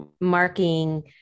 marking